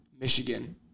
Michigan